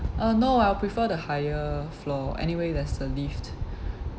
uh no I'll prefer the higher floor anyway there's a lift